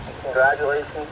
Congratulations